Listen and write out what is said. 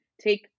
Take